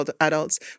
adults